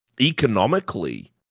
economically